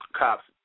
cops